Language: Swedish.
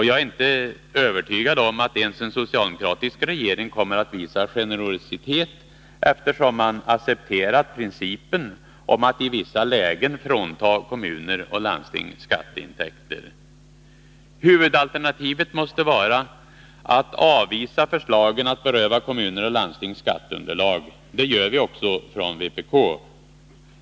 Jag är inte övertygad om att ens en socialdemokratisk regering kommer att visa generositet, eftersom man accepterar principen om att i vissa lägen frånta kommuner och landsting skatteintäkter. Huvudalternativet måste vara att avvisa förslagen att beröva kommuner och landsting skatteunderlag. Det gör vi också från vpk.